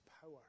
power